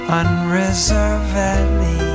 unreservedly